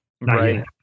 Right